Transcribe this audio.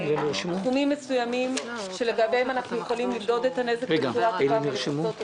תחומים מסוימים שלגביהם אנחנו יכולים למדוד את הנזק ולכסות אותו.